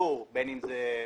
יואב,